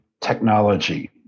technology